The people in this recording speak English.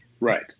Right